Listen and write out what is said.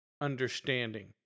understanding